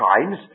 times